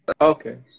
Okay